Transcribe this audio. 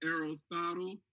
Aristotle